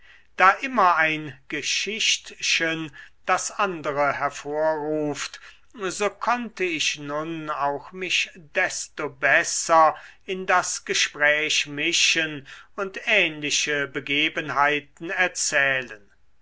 da immer ein geschichtchen das andere hervorruft so konnte ich nun auch mich desto besser in das gespräch mischen und ähnliche begebenheiten erzählen